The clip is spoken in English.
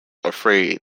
afraid